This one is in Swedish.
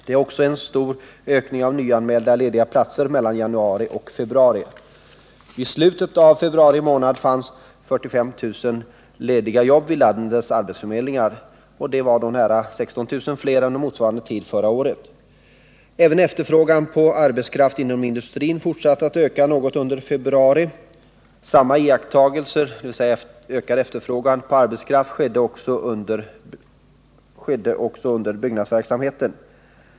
Det är också en stor ökning av antalet nyanmälda lediga platser mellan januari och februari. Vid slutet av februari månad kvarstod 45 000 lediga jobb vid landets arbetsförmedlingar, vilket är nära 16 000 fler än under motsvarande tid förra året. Även efterfrågan på arbetskraft inom industrin fortsatte att öka något under februari månad. Samma iakttagelser, dvs. ökad efterfrågan på arbetskraft, gjordes också inom byggnadsverksamheten.